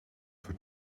for